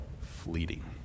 fleeting